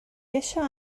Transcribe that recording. eisiau